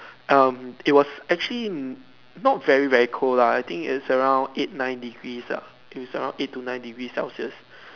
um it was actually not very very cold lah I think it's around eight nine degrees lah it's around eight to nine degree Celsius